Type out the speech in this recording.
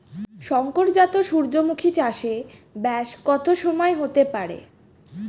শংকর জাত সূর্যমুখী চাসে ব্যাস কত সময় হতে পারে?